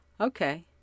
Okay